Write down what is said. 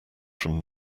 from